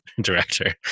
director